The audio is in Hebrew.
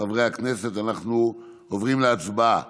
חברי הכנסת, אנחנו עוברים להצבעה